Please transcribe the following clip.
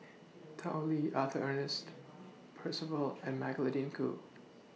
Tao Li Arthur Ernest Percival and Magdalene Khoo